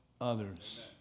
others